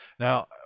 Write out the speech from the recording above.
Now